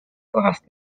kohas